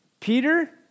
Peter